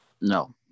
No